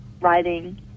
writing